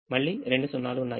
మళ్ళీ రెండు 0 లు ఉన్నాయి